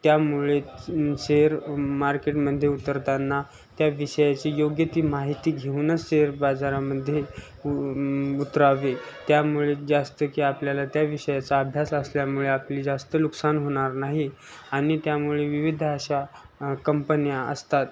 त्यामुळे शेअर मार्केटमध्ये उतरताना त्या विषयाची योग्य ती माहिती घेऊनच शेअर बाजारामध्ये उ उतरावे त्यामुळे जास्त की आपल्याला त्या विषयाचा अभ्यास असल्यामुळे आपली जास्त नुकसान होणार नाही आणि त्यामुळे विविध अशा कंपन्या असतात